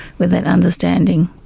with that understanding.